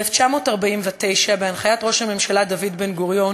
ב-1949, בהנחיית ראש הממשלה דוד בן-גוריון,